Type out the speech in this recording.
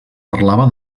parlava